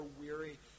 weary